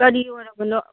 ꯀꯔꯤ ꯑꯣꯏꯔꯕꯅꯣ